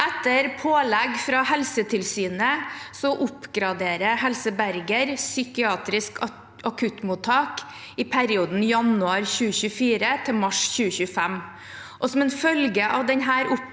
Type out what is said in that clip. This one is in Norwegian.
Etter pålegg fra Helsetilsynet oppgraderer Helse Bergen psykiatrisk akuttmottak i perioden januar 2024– mars 2025.